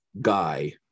guy